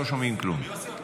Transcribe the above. לא שומעים כלום.